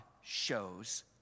shows